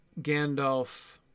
Gandalf